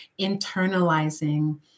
internalizing